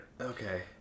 Okay